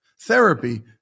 Therapy